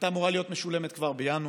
שהייתה אמורה להיות משולמת כבר בינואר,